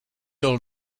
old